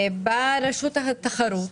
ובאה רשות התחרות